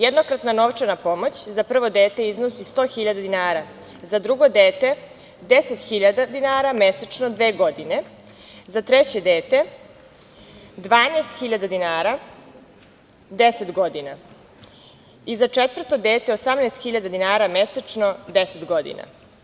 Jednokratna novčana pomoć za prvo dete iznosi 100.000 dinara, za drugo dete 10.000 dinara mesečno dve godine, za treće 12.000 dinara 10 godina i za četvrto dete 18.000 dinara mesečno 10 godina.